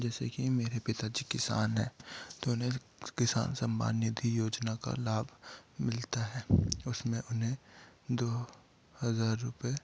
जैसे कि मेरे पिता जी किसान हैं तो उन्हें किसान सम्मान निधि योजना का लाभ मिलता है उसमें उन्हें दो हजार रूपए